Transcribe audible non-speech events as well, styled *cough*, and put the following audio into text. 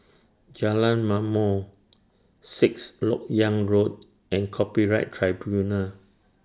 Jalan Ma'mor *noise* Sixth Lok Yang Road and Copyright Tribunal